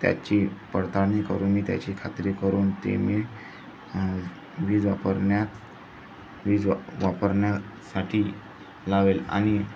त्याची पडताळणी करून मी त्याची खात्री करून ती मी वीज वापरण्यात वीज वा वापरण्यासाठी लावेल आणि